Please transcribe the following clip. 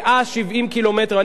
170 ק"מ.